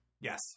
Yes